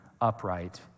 upright